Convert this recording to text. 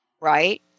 right